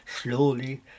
slowly